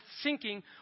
sinking